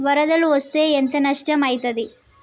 వరదలు వస్తే ఎంత నష్టం ఐతది?